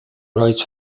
writes